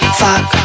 fuck